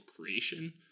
creation